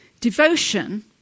Devotion